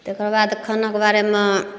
तकर बाद खानाके बारेमे